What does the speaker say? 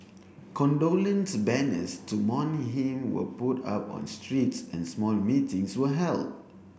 condolence banners to mourn him were put up on streets and small meetings were held